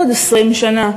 בעוד 20 שנה?